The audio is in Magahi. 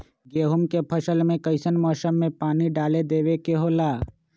गेहूं के फसल में कइसन मौसम में पानी डालें देबे के होला?